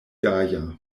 gaja